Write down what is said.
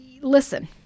listen